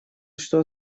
что